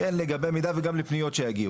כן לגבי מידע וגם לפניות שיגיעו.